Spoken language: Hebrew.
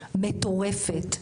מטורפת,